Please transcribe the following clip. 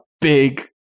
big